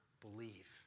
believe